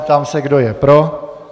Ptám se, kdo je pro.